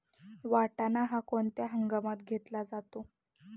वाटाणा हा कोणत्या हंगामात घेतला जातो?